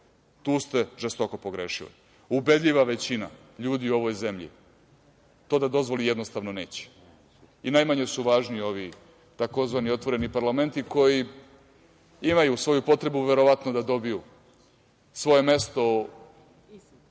Tu ste žestoko pogrešili. Ubedljiva većina ljudi u ovoj zemlji to da dozvoli jednostavno neće. I najmanje su važni ovi tzv. otvoreni parlamenti koji imaju svoju potrebu verovatno da dobiju svoje mesto u